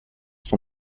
son